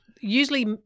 Usually